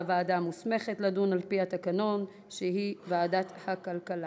לדיון מוקדם בוועדת הכלכלה